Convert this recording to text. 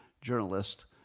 journalist